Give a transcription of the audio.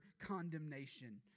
condemnation